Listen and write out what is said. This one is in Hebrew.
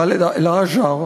ח'אלד אל-ג'עאר,